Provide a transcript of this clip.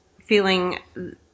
feeling